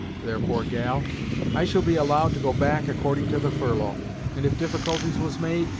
therefore, gal i shall be allowed to go back according to the furlough and if difficulties was made,